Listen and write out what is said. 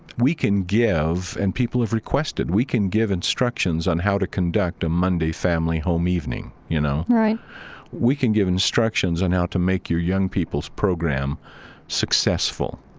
we can give, and people have requested, we can give instructions on how to conduct a monday family-home evening, you know? right we can give instructions on how to make your young people's program successful.